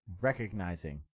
recognizing